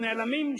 הם נעלמים,